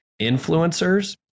influencers